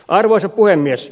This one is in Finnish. arvoisa puhemies